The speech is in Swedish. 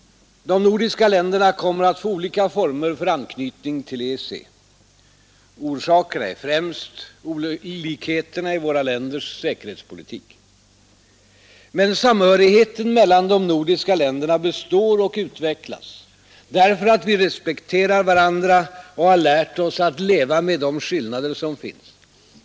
De nordiska länderna kommer att få olika former för anknytning till EEC. Orsakerna är främst olikheterna i våra länders säkerhetspolitik. Men samhörigheten mellan de nordiska länderna består och utvecklas därför att vi respekterar varandra och lärt oss leva med de skillnader som finns.